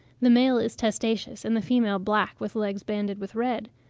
the male is testaceous and the female black with legs banded with red.